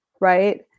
right